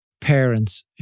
parents